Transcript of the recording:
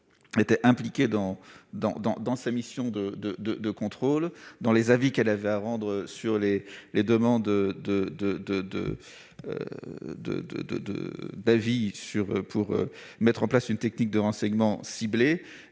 était impliquée dans sa mission de contrôle, qu'il s'agisse des avis qu'elle devait rendre sur les demandes pour mettre en place une technique de renseignement ciblée